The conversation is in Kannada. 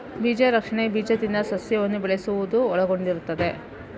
ಬೀಜ ರಕ್ಷಣೆ ಬೀಜದಿಂದ ಸಸ್ಯವನ್ನು ಬೆಳೆಸುವುದನ್ನು ಒಳಗೊಂಡಿರುತ್ತದೆ